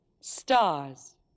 Stars